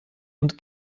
und